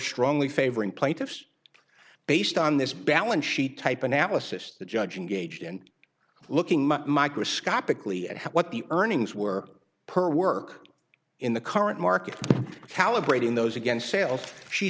strongly favoring plaintiffs based on this balance sheet type analysis the judge and gauged in looking microscopically at what the earnings were per work in the current market calibrating those against sales she